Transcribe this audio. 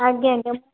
ଆଜ୍ଞା ଆଜ୍ଞା